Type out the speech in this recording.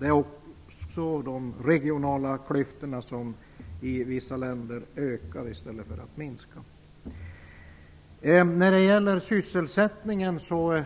Det är också de regionala klyftorna som i vissa länder ökar i stället för att minska. När det gäller sysselsättningen skall